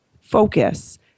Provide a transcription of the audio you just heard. focus